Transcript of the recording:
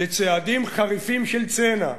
לצעדים חריפים של צנע.